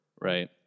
right